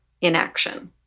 inaction